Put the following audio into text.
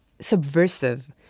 subversive